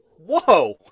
Whoa